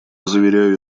заверяю